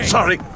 Sorry